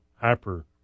hyper